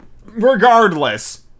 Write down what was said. Regardless